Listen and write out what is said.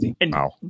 Wow